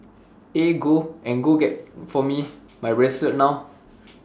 eh go and get for me my bracelet now